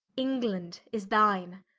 england is thine,